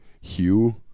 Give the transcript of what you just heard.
Hugh